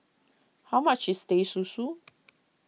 how much is Teh Susu